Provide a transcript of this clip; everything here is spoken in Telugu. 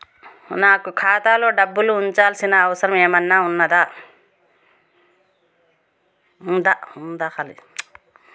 నాకు ఖాతాలో డబ్బులు ఉంచాల్సిన అవసరం ఏమన్నా ఉందా?